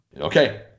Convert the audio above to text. Okay